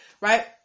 right